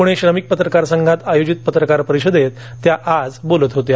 पुणे श्रमिक पत्रकार संघात आयोजित पत्रकार परिषदेत त्या आज बोलत होत्या